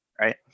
right